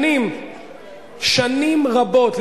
שנים רבות,